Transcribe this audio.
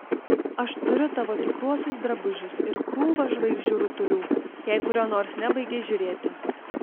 aš turiu tavo tikruosius drabužius ir krūvą žvaigždžių rutulių jei kurio nors nebaigei žiūrėti